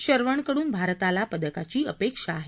शरवणकडून भारताला पदकाची अपेक्षा आहे